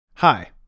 Hi